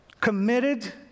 Committed